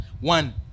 One